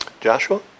Joshua